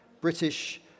British